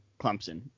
Clemson